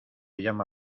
llama